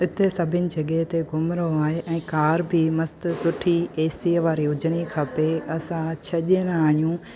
हिते सभिनी जॻए ते घुमिणो आहे ऐं कार बि मस्त सुठी एसीअ वारी हुजिणी खपे असां छह ॼणा आहियूं